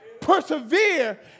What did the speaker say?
Persevere